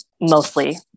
mostly